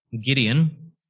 Gideon